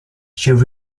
she